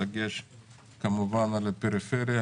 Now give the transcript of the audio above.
בדגש על הפריפריה,